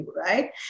right